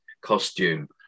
costume